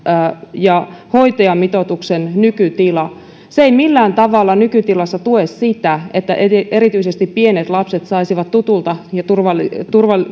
ja hoitajamitoituksen nykytila se ei millään tavalla nykytilassa tue sitä että erityisesti pienet lapset saisivat tutulta ja